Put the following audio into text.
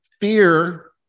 fear